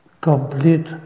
Complete